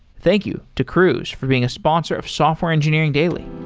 thank you to cruise for being a sponsor of software engineering daily